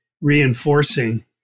reinforcing